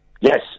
Yes